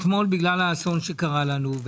אתמול בגלל האסון שקרה לנו.